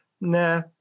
nah